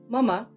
Mama